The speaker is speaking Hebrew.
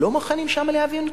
לא מוכנים להבין אותנו.